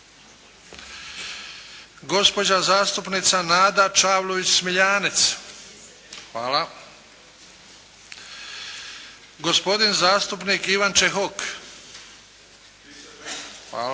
gospodin zastupnik Ivan Čehok -